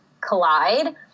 collide